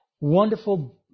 wonderful